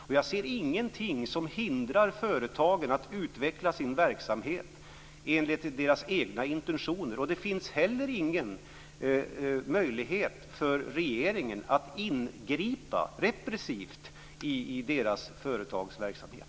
Jag ser ingenting som hindrar företagen att utveckla sin verksamhet enligt deras egna intentioner. Det finns inte heller någon möjlighet för regeringen att ingripa repressivt i deras företagsamhet.